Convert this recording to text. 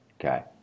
Okay